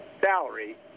salary